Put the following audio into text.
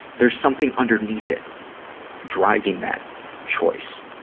there's something underneath it driving that choice,